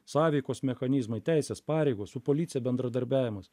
sąveikos mechanizmai teisės pareigos su policija bendradarbiavimas